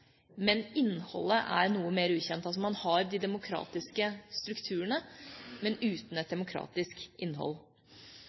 men innholdet er noe mer ukjent. Man har de demokratiske strukturene, men uten et